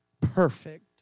perfect